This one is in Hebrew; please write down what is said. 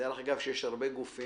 דרך אגב, שיש הרבה גופים